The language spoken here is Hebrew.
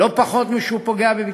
לא פחות משהוא פוגע בביטחון.